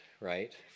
right